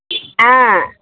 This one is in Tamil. ஆ